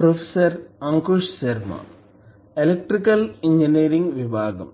professor Ankush Sharma electrical engineering విభాగం